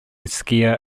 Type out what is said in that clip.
skier